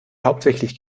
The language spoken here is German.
hauptsächlich